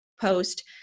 post